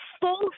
full